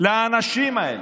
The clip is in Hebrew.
לאנשים האלה.